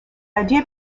idea